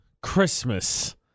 Christmas